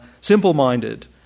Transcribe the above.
simple-minded